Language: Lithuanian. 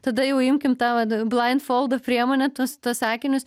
tada jau imkim tą vat blaindfoldo priemonę tuos tuos akinius